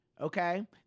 okay